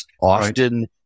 often